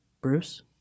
Bruce